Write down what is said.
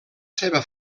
seva